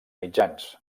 mitjans